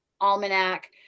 almanac